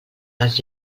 les